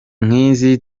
nkizi